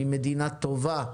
היא מדינה טובה,